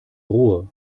ruhe